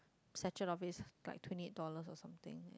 sachet of it was like twenty eight dollars or something